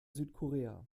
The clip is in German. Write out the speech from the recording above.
südkorea